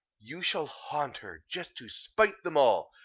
you shall haunt her, just to spite them all.